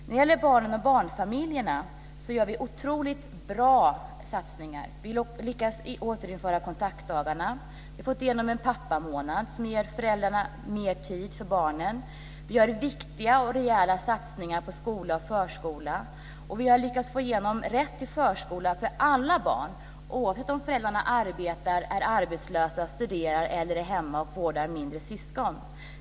När det gäller barnen och barnfamiljerna gör vi otroligt bra satsningar. Vi lyckas återinföra kontaktdagarna. Vi har fått igenom en pappamånad som ger föräldrarna mer tid för barnen. Vi gör viktiga och rejäla satsningar på skola och förskola. Vi har också lyckats få igenom rätt till förskola för alla barn, oavsett om föräldrarna arbetar, är arbetslösa, studerar eller är hemma och vårdar mindre syskon.